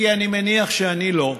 כי אני מניח שאני לא,